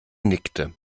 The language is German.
nickte